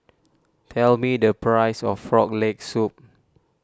tell me the price of Frog Leg Soup